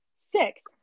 Six